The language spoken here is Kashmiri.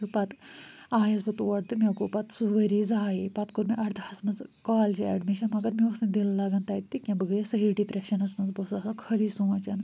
تہٕ پَتہٕ آیَس بہٕ تور تہٕ مےٚ گوٚو پَتہٕ سُہ ؤری ضایعے پَتہٕ کوٚر مےٚ اَردَہَس منٛز کالجہِ اٮ۪ڈمِشَن مگر مےٚ اوس نہٕ دِل لَگان تَتہِ تہِ کیٚنٛہہ بہٕ گٔیَس صحیح ڈِپرٮ۪شَنَس منٛز بہٕ ٲسٕس آسان خٲلی سونٛچان